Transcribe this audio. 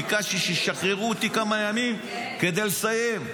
ביקשתי שישחררו אותי כמה ימים כדי לסיים.